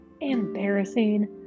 embarrassing